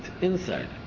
inside